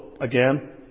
again